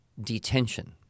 detention